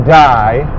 die